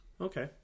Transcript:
okay